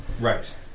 Right